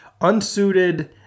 unsuited